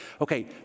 Okay